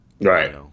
Right